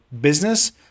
business